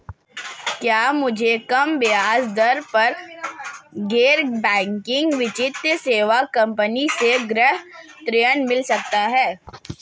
क्या मुझे कम ब्याज दर पर गैर बैंकिंग वित्तीय सेवा कंपनी से गृह ऋण मिल सकता है?